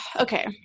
Okay